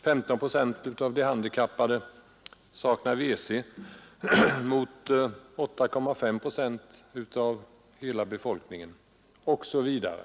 15 procent av de handikappade saknar WC mot 8,5 procent av hela befolkningen osv.